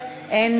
אנחנו